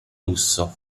lusso